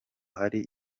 hari